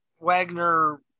wagner